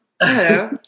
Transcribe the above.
Hello